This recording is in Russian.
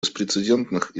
беспрецедентных